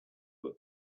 were